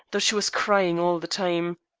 though she was crying all the time.